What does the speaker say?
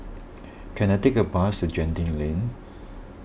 can I take a bus to Genting Lane